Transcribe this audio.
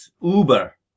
Uber